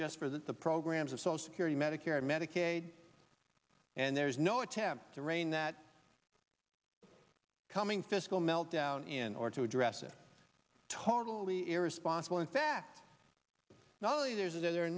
just for that the programs of social security medicare and medicaid and there's no attempt to reign that coming fiscal meltdown in order to address it totally irresponsible in fact not only there's a there are